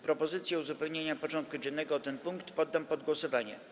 Propozycję uzupełnienia porządku dziennego o ten punkt poddam pod głosowanie.